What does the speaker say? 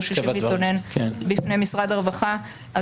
חוששים להתלונן בפני משרד הרווחה.